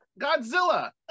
godzilla